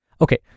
Okay